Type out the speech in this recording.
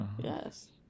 yes